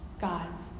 God's